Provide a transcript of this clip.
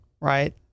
right